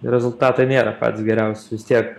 rezultatai nėra patys geriausi vis tiek